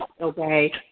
okay